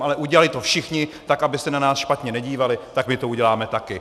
Ale udělali to všichni, tak aby se na nás špatně nedívali, tak my to uděláme taky.